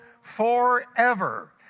forever